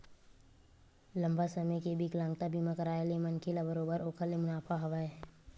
लंबा समे के बिकलांगता बीमा कारय ले मनखे ल बरोबर ओखर ले मुनाफा हवय